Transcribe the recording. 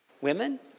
women